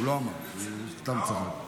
הוא לא אמר, הוא סתם צחק.